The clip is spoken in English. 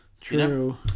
True